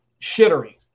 shittery